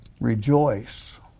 Rejoice